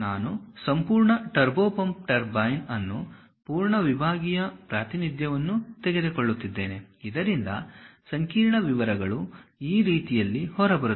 ನಾನು ಸಂಪೂರ್ಣ turbo pump turbine ಅನ್ನು ಪೂರ್ಣ ವಿಭಾಗೀಯ ಪ್ರಾತಿನಿಧ್ಯವನ್ನು ತೆಗೆದುಕೊಳ್ಳುತ್ತಿದ್ದೇನೆ ಇದರಿಂದ ಸಂಕೀರ್ಣ ವಿವರಗಳು ಈ ರೀತಿಯಲ್ಲಿ ಹೊರಬರುತ್ತವೆ